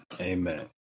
amen